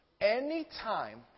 Anytime